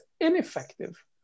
ineffective